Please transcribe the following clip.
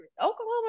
Oklahoma